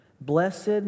Blessed